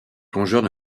plongeurs